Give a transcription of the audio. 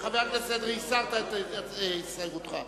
הסרת את הסתייגותך.